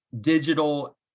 digital